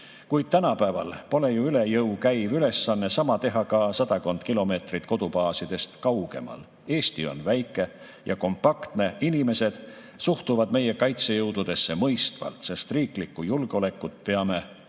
Kuid tänapäeval pole ju üle jõu käiv ülesanne sama teha ka sadakond kilomeetrit kodubaasidest kaugemal. Eesti on väike ja kompaktne. Inimesed suhtuvad meie kaitsejõududesse mõistvalt, sest riiklikku julgeolekut peame kõik